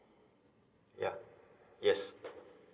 ya yes